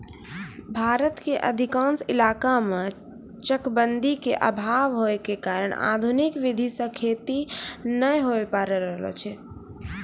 भारत के अधिकांश इलाका मॅ चकबंदी के अभाव होय के कारण आधुनिक विधी सॅ खेती नाय होय ल पारै छै